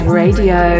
radio